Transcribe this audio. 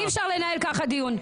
אי אפשר לנהל ככה דיון.